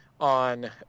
on